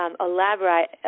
elaborate